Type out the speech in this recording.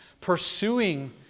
pursuing